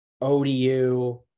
ODU